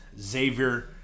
Xavier